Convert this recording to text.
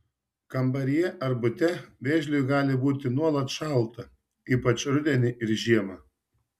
kambaryje ar bute vėžliui gali būti nuolat šalta ypač rudenį ir žiemą